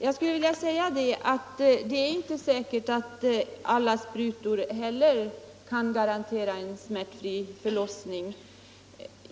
Herr talman! Det är inte säkert att sprutor garanterar smärtfri förlossning.